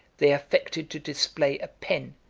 they affected to display a pen,